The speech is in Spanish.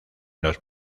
los